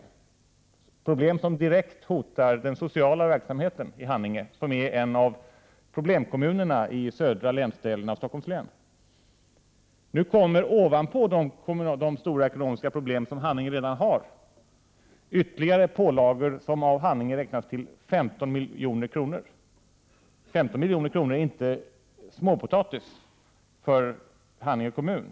Det är problem som direkt hotar den sociala verksamheten i Haninge, som är en av problemkommunerna i den södra delen av Stockholms län. Ovanpå de stora ekonomiska problem som Haninge redan har kommer ytterligare pålagor, som av Haninge beräknas uppgå till 15 milj.kr. Beloppet 15 milj.kr. är inte småpotatis för Haninge kommun.